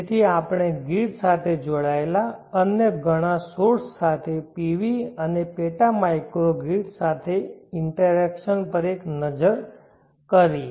તેથી આપણે ગ્રીડ સાથે જોડાયેલા અન્ય ઘણા સોર્સ સાથે PV અને પેટા માઇક્રોગ્રીડ સાથે ઈન્ટરૅક્શન પર એક નજર કરીએ